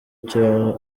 cya